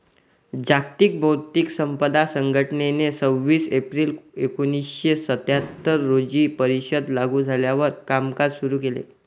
जागतिक बौद्धिक संपदा संघटनेने सव्वीस एप्रिल एकोणीसशे सत्याहत्तर रोजी परिषद लागू झाल्यावर कामकाज सुरू केले